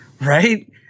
Right